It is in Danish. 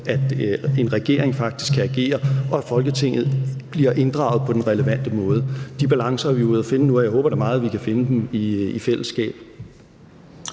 at en regering faktisk kan agere, og at Folketinget bliver inddraget på den relevante måde. De balancer er vi ude at finde nu, og jeg håber da meget, at vi kan finde dem i fællesskab.